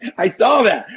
i saw that.